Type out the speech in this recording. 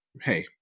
hey